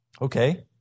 Okay